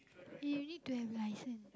you will need to have license